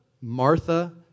Martha